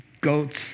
goats